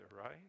right